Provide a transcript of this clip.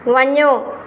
वञो